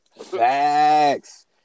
Facts